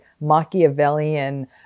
Machiavellian